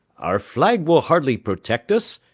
our flag will hardly protect us,